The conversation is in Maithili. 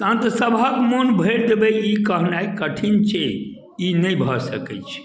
तहन तऽ सभक मन भरि देबै ई कहनाइ कठिन छै ई नहि भऽ सकैत छै